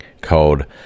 code